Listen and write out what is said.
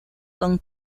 con